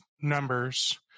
numbers